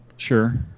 Sure